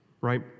right